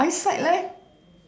or eyesight